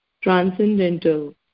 transcendental